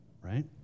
right